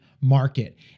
market